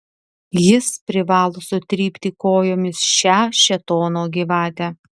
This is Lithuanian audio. jis privalo sutrypti kojomis šią šėtono gyvatę